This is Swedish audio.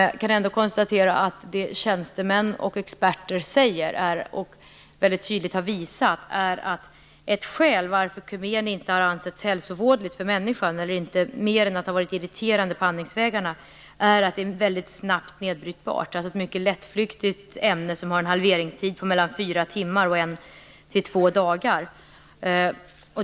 Jag kan ändå konstatera att det tjänstemän och experter säger, och mycket tydligt har visat, är att ett skäl till att kumen inte har ansetts hälsovådligt för människor, i alla fall inte mer än att det är irriterande för andningsvägarna, är att det är väldigt snabbt nedbrytbart. Det är ett mycket lättflyktigt ämne, som har en halveringstid på mellan fyra timmar och 1-2 dagar.